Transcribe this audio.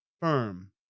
firm